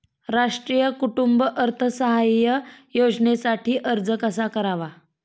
राष्ट्रीय कुटुंब अर्थसहाय्य योजनेसाठी अर्ज कसा करावा?